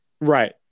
Right